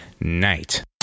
night